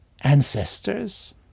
ancestors